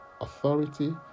authority